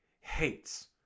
hates